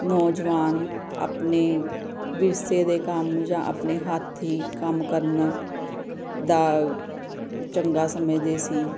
ਨੌਜਵਾਨ ਆਪਣੇ ਵਿਰਸੇ ਦੇ ਕੰਮ ਜਾਂ ਆਪਣੇ ਹੱਥੀਂ ਕੰਮ ਕਰਨਾ ਦਾ ਚੰਗਾ ਸਮਝਦੇ ਸੀ